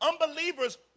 unbelievers